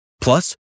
Plus